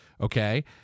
Okay